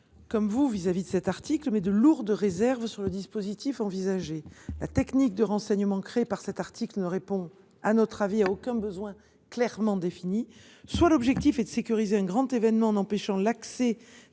de principe sur cet article, mais de lourdes réserves sur le dispositif envisagé. La technique de renseignement créée par cet article ne répond, à mon avis, à aucun besoin clairement défini. Soit l'objectif est de sécuriser un grand événement en empêchant l'accès